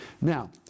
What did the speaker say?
Now